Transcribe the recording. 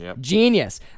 Genius